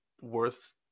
worth